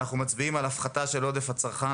ואנחנו מצביעים על הפחתה של עודף הצרכן